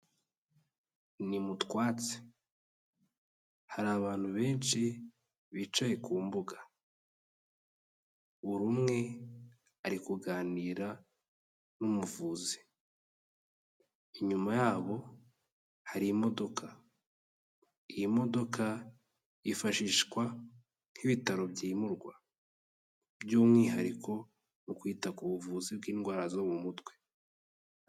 Ni mu twatsi, hari abantu benshi bicaye ku mbuga, buri umwe ari kuganira n'umuvuzi, inyuma yabo hari imodoka, iyi modoka yifashishwa nk'ibitaro byimurwa, by'umwihariko mu kwita ku buvuzi bw'indwara zo mu mutwe.